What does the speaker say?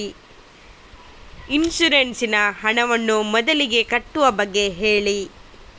insurance ನ ಹಣವನ್ನು ಮೊದಲಿಗೆ ಕಟ್ಟುವ ಬಗ್ಗೆ ಹೇಳಿ